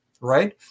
right